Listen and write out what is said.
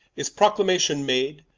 is proclamation made,